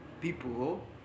People